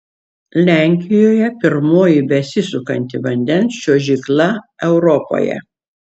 lenkijoje pirmoji besisukanti vandens čiuožykla europoje